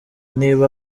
niba